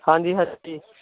ਹਾਂਜੀ ਹਾਂਜੀ